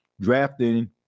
drafting